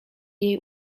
jej